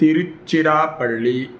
Tiruchirappalli